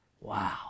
Wow